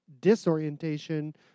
disorientation